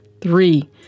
Three